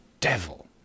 devil